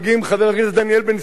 חבר הכנסת דניאל בן-סימון,